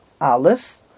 Aleph